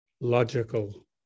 logical